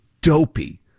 dopey